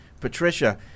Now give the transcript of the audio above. Patricia